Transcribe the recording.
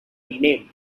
renamed